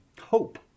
hope